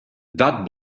that